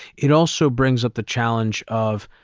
it also brings up the challenge of,